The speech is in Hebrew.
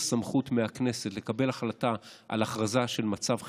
הסמכות מהכנסת לקבל החלטה על הכרזה של מצב חירום,